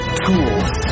tools